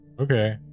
Okay